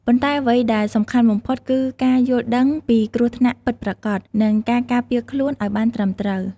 ប៉ុន្តែអ្វីដែលសំខាន់បំផុតគឺការយល់ដឹងពីគ្រោះថ្នាក់ពិតប្រាកដ និងការការពារខ្លួនឲ្យបានត្រឹមត្រូវ ។